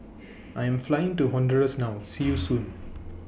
I'm Flying to Honduras now See YOU Soon